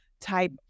type